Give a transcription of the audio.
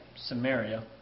Samaria